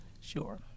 Sure